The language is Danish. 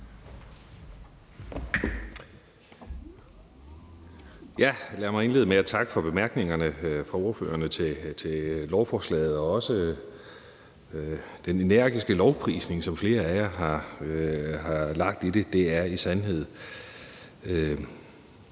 Lad mig indlede med at takke for bemærkningerne til lovforslaget fra ordførerne og også den energiske lovprisning, som flere af jer har lagt i det. Det her er i sandhed